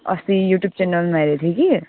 अस्ति युट्युब च्यानलमा हेरेको थियो कि